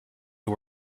who